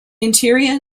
interior